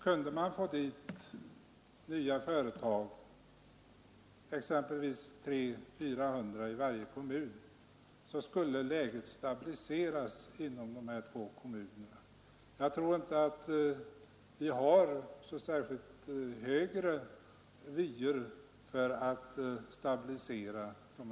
Om man kan få företag, som bereder arbetstillfällen åt 300-400 man i vardera kommunen, så är arbetsmarknadsläget stabiliserat inom dessa båda kommuner. Jag tror inte att vi har högre vyer när det gäller att stabilisera läget.